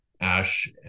Ash